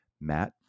Matt